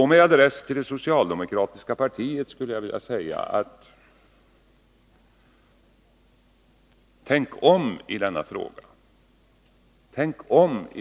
Med adress till det socialdemokratiska partiet skulle jag vilja säga: Tänk om i denna fråga!